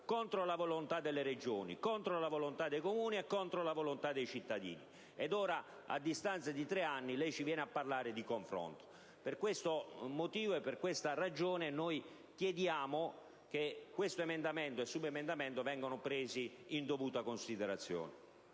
contro la volontà delle Regioni, contro la volontà dei Comuni e contro la volontà dei cittadini. Ora, a distanza di tre anni, ci viene a parlare di confronto. Per tale ragione chiediamo che questo emendamento e il subemendamento vengano presi nella dovuta considerazione.